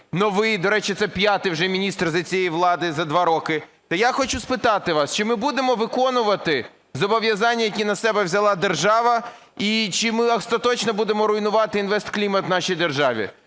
новий, до речі, це п'ятий вже міністр за цієї влади за два роки. Я хочу спитати вас, чи ми будемо виконувати зобов'язання, які на себе взяла держава, і чи ми остаточно будемо руйнувати інвестклімат в нашій державі?